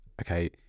okay